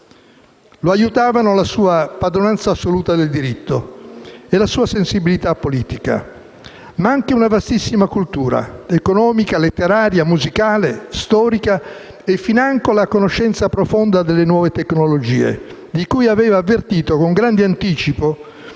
Lo aiutavano la sua padronanza assoluta del diritto e la sua sensibilità politica, ma anche una vastissima cultura economica, letteraria, musicale, storica e financo la conoscenza profonda delle nuove tecnologie, di cui aveva avvertito con grande anticipo